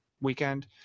weekend